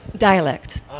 Dialect